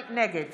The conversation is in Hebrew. נגד